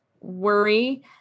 worry